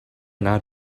not